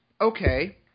Okay